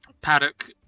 paddock